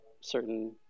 certain